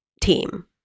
team